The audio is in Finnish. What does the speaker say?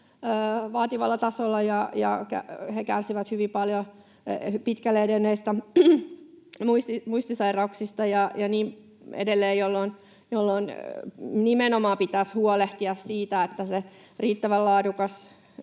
vaativalla tasolla ja he kärsivät hyvin paljon pitkälle edenneistä muistisairauksista ja niin edelleen, jolloin nimenomaan pitäisi huolehtia siitä, että se riittävän laadukas